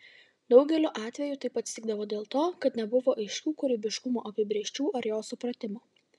daugeliu atveju taip atsitikdavo dėl to kad nebuvo aiškių kūrybiškumo apibrėžčių ar jo supratimo